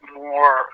more